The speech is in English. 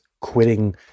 quitting